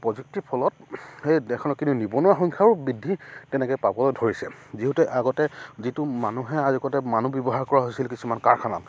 প্ৰযুক্তিৰ ফলত সেই দেশখনত কিন্তু নিবনুৱা সংখ্যাৰো বৃদ্ধি তেনেকৈ পাবলৈ ধৰিছে যিহেতু আগতে যিটো মানুহে আগতে মানুহ ব্যৱহাৰ কৰা হৈছিল কিছুমান কাৰখানাত